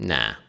Nah